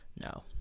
No